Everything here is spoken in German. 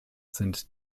sind